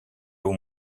aux